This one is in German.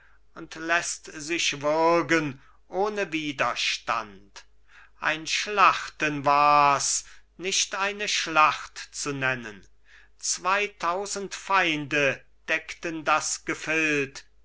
und läßt sich würgen ohne widerstand ein schlachten wars nicht eine schlacht zu nennen zweitausend feinde deckten das gefild